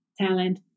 talent